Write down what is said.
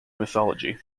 mythology